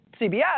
CBS